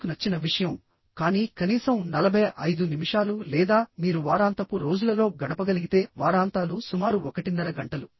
మీకు నచ్చిన విషయం కానీ కనీసం 45 నిమిషాలు లేదా మీరు వారాంతపు రోజులలో గడపగలిగితే వారాంతాలు సుమారు ఒకటిన్నర గంటలు